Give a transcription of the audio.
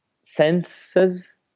senses